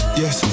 yes